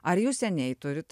ar jūs seniai turit